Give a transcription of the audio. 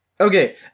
Okay